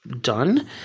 done